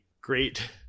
great